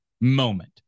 moment